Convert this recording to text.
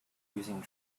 using